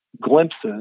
glimpses